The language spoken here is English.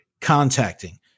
contacting